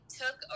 took